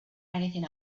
anything